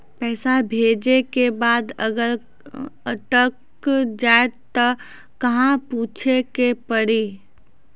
पैसा भेजै के बाद अगर अटक जाए ता कहां पूछे के पड़ी?